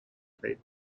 favorite